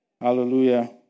Hallelujah